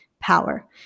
power